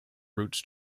routes